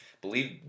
believe